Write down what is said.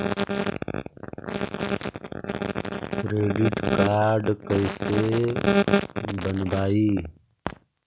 Credit card कैसे बनवाई?